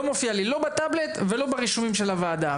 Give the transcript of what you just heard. לא מופיע לי לא בטאבלט ולא ברישומים של הוועדה.